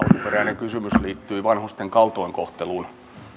alkuperäinen kysymys liittyi vanhusten kaltoinkohteluun